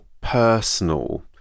personal